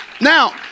Now